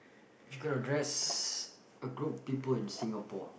if you could address a group of people in Singapore